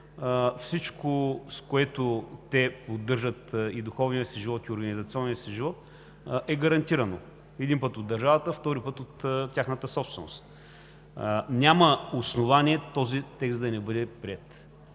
всичко, с което те поддържат и духовния, и организационния си живот, е гарантирано – веднъж от държавата, втори път – от тяхната собственост. Няма основание този текст да не бъде приет.